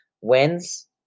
wins